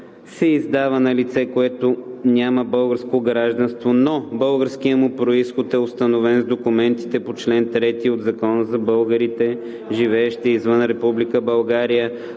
се издава на лице, което няма българско гражданство, но българският му произход е установен с документите по чл. 3 от Закона за българите, живеещи извън Република България,